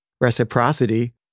reciprocity